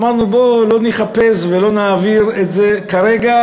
אמרנו: בוא לא ניחפז ולא נעביר את זה כרגע,